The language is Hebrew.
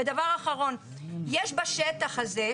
דבר אחרון, יש בשטח הזה,